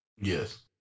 Yes